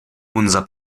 unser